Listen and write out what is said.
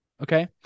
okay